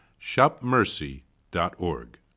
shopmercy.org